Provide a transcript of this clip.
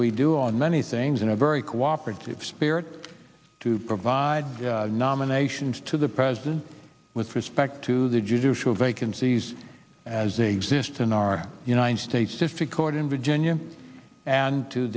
we do on many things in a very cooperative spirit to provide nominations to the president with respect to the judicial vacancies as a exist in our united states if a court in virginia and to